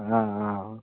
অঁ অঁ